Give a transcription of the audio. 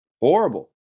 horrible